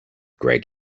greg